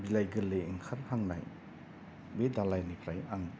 बिलाइ गोरलै ओंखारहांनाय बे दालायनिफ्राय आं